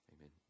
amen